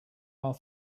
are